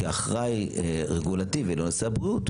כאחראי רגולטיבי לנושא הבריאות,